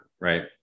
Right